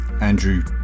Andrew